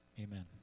Amen